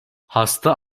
hasta